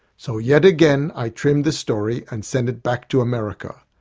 so yet again i trimmed the story and sent it back to america.